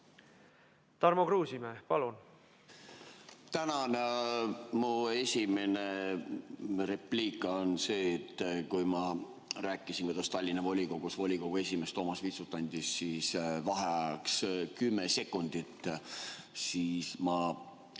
Tarmo Kruusimäe, palun!